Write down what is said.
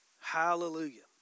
Hallelujah